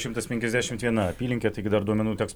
šimtas penkiasdešimt viena apylinkė taigi dar duomenų teks